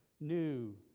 new